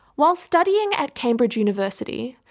while studying at cambridge university,